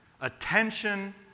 Attention